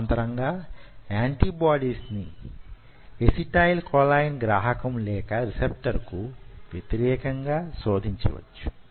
సమాంతరంగా యాంటీబాడీస్ ని acetyl choline గ్రాహకము లేక రిసెప్టర్ కు వ్యతిరేకంగా శోధించవచ్చు